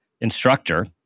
instructor